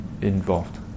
involved